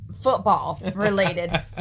football-related